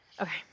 Okay